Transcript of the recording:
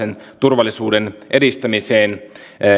turvallisuuden edistämiseen